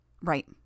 Right